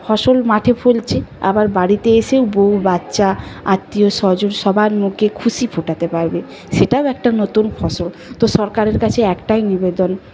ফসল মাঠে ফলছে আবার বাড়িতে এসেও বউ বাচ্চা আত্মীয় স্বজন সবার মুখে খুশি ফোটাতে পারবে সেটাও একটা নতুন ফসল তো সরকারের কাছে একটাই নিবেদন